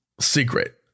secret